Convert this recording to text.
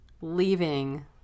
leaving